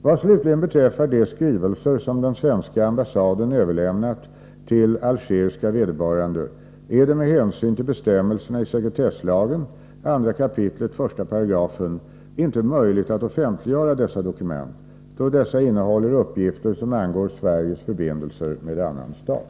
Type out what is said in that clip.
Vad slutligen beträffar de skrivelser som den svenska ambassaden överlämnat till algeriska vederbörande är det med hänsyn till bestämmelserna i sekretesslagens 2 kap. 1§ inte möjligt att offentliggöra dessa dokument, då dessa innehåller uppgifter som angår Sveriges förbindelser med annan stat.